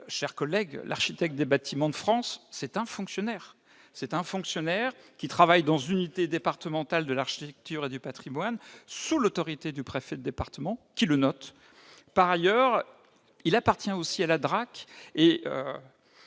chers collègues, l'architecte des Bâtiments de France est un fonctionnaire qui travaille dans une unité départementale de l'architecture et du patrimoine, une UDAP, sous l'autorité du préfet de département, lequel le note. Par ailleurs, il appartient aussi à la